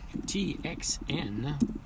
TXN